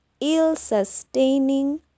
ill-sustaining